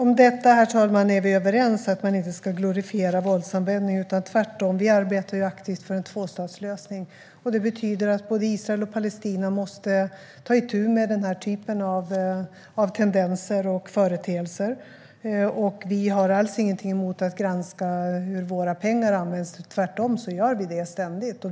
Herr talman! Vi är överens om att man inte ska glorifiera våldsanvändning. Vi arbetar tvärtom aktivt för en tvåstatslösning. Det betyder att både Israel och Palestina måste ta itu med den här typen av tendenser och företeelser. Vi har alls ingenting emot att granska hur våra pengar används. Tvärtom gör vi det ständigt.